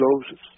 closes